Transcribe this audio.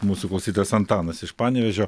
mūsų klausytojas antanas iš panevėžio